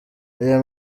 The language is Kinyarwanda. aya